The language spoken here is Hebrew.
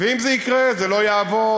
ואם זה יקרה, זה לא יעבור.